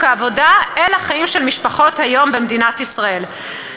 העבודה אל החיים של משפחות במדינת ישראל היום.